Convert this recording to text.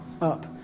up